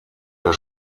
der